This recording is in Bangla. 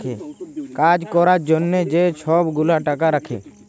কাজ ক্যরার জ্যনহে যে ছব গুলা টাকা রাখ্যে